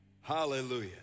Hallelujah